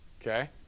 Okay